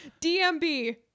DMB